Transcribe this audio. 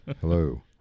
Hello